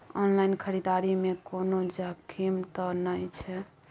Online खरीददारी में कोनो जोखिम त नय छै?